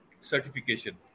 certification